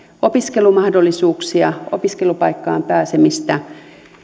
opiskelumahdollisuuksia opiskelupaikkaan pääsemistä